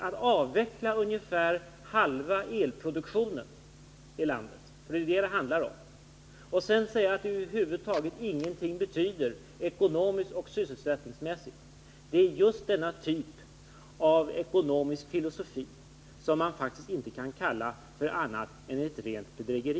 Att avveckla ungefär halva elproduktionen i landet, det är det det handlar om, och sedan säga att det över huvud taget ingenting betyder ekonomiskt och sysselsättningsmässigt — det är just den typen av ekonomisk filosofi som man faktiskt inte kan kalla för annat än rent bedrägeri.